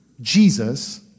Jesus